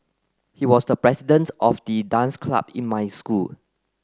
he was the president of the dance club in my school